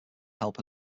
help